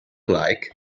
like